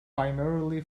primarily